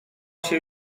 się